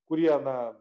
kurie na